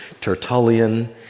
Tertullian